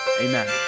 Amen